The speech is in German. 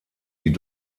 die